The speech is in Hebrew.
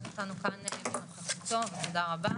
תודה רבה